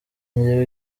njye